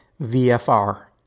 VFR